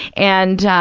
and